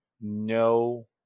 no